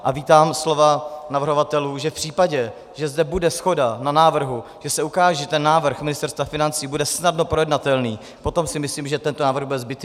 A vítám slova navrhovatelů, že v případě, že zde bude shoda na návrhu, že se ukáže, že návrh Ministerstva financí bude snadno projednatelný, potom si myslím, že tento návrh bude zbytný.